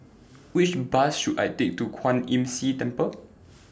Which Bus should I Take to Kwan Imm See Temple